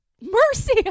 Mercy